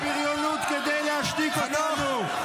לא ניתן לכם להשתמש בבריונות כדי להשתיק אותנו.